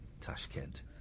Tashkent